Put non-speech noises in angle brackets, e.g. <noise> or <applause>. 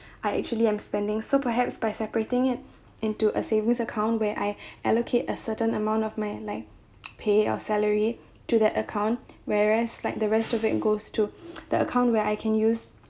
I actually am spending so perhaps by separating it into a savings account where I allocate a certain amount of my like pay or salary to the account whereas like the rest of it goes to the <noise> account where I can use